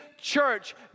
church